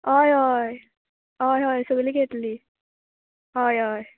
होय होय होय होय सगली घेतली होय होय